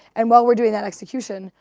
and while we're doing that execution,